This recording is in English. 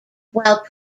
while